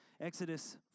Exodus